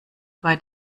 bei